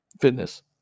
Fitness